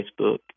Facebook